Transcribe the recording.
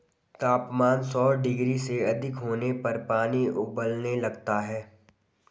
तापमान सौ डिग्री से अधिक होने पर पानी उबलने लगता है